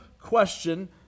question